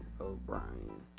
O'Brien